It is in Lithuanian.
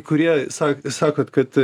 kurie sak sakot kad